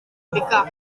picar